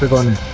on!